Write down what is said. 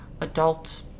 adult